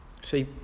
See